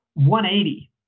180